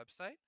website